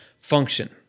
function